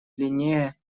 длиннее